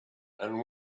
and